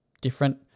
different